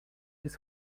his